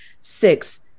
six